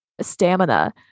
stamina